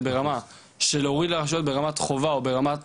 ברמה שנוריד לרשויות ברמת חובה או ברמת